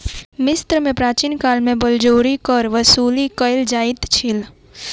मिस्र में प्राचीन काल में बलजोरी कर वसूली कयल जाइत छल